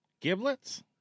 Giblets